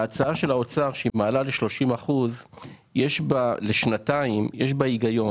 ההצעה של האוצר שהיא מעלה ל-30% לשנתיים יש בה היגיון,